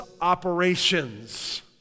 operations